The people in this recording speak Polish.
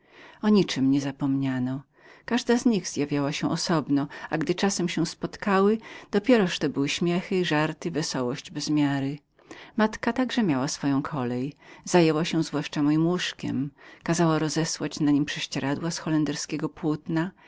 o niczem nie zapomniano każda z nich przychodziła osobno a gdy czasami się spotkały dopieroż to były śmiechy żarty wesołość bez miary matka także miała swoją kolej ta zwłaszcza zajęła się mojem łóżkiem kazała rozesłać na niem prześcieradła z holenderskiego płótna